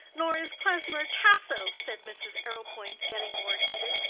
nor is klesmer tasso, said mrs. arrowpoint, getting more heated.